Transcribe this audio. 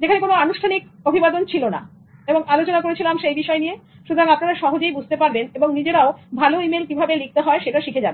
যেখানে আনুষ্ঠানিক অভিবাদন ছিলনা এবং আলোচনা করেছিলাম সেই বিষয় নিয়ে সুতরাং আপনারা সহজেই বুঝতে পারবেন এবং নিজেরাও ভালো ই মেইল কিভাবে লিখতে হয় সেটা শিখে যাবেন